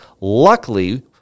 Luckily